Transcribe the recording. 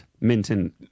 Minton